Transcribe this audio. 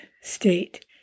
state